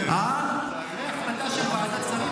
--- אחרי החלטה של ועדת שרים,